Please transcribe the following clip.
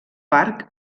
parc